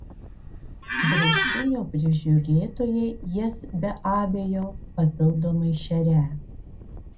draustinio prižiūrėtojai jas be abejo papildomai šerią